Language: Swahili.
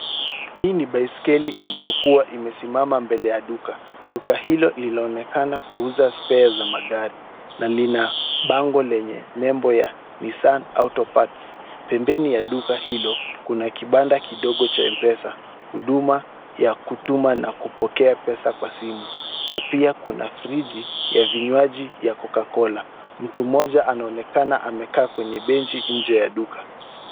Hii ni biskeli iliokuwa imesimama mbele ya duka. Duka hilo linaonekana kuuza spare ya magari na lina bango lenye nembo ya Nissan Auto Part. Pembeni ya duka hilo kuna kibanda kidogo cha Mpesa huduma ya kutuma na kupokea pesa kwa simu na pia kuna friji ya vinywaji ya Coca-Cola. Mtu moja anaonekana amekaa kwenye benchi nje ya duka.